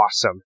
awesome